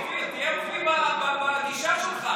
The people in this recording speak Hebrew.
לפחות תהיה עקבי, אופיר, תהיה עקבי בגישה שלך.